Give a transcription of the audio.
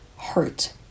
hurt